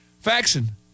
Faxon